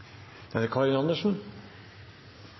Da er det